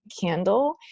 candle